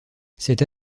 cette